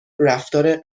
رفتار